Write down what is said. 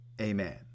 Amen